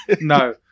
No